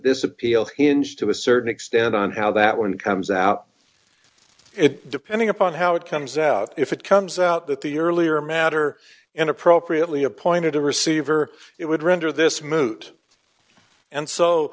this appeal hinge to a certain extent on how that one comes out it depending upon how it comes out if it comes out that the earlier matter and appropriately appointed a receiver it would render this moot and so